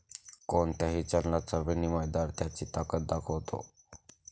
कोणत्याही चलनाचा विनिमय दर त्याची ताकद दाखवतो